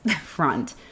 front